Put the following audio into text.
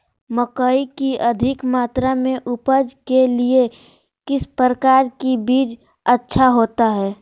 मकई की अधिक मात्रा में उपज के लिए किस प्रकार की बीज अच्छा होता है?